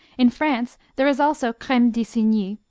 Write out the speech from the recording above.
in france there is also creme d'isigny,